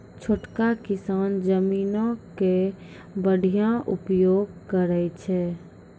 छोटका किसान जमीनो के बढ़िया उपयोग करै छै